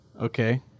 okay